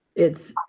it's,